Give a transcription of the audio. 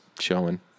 showing